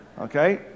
Okay